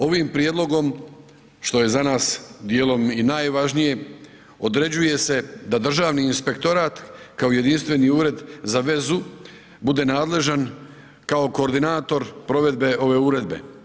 Ovim prijedlogom, što je za nas dijelom i najvažnije, određuje se da Državni inspektorat, kao jedinstveni ured za vezu, bude nadležan kao koordinator provedbe ove uredbe.